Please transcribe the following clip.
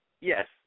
Yes